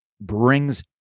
brings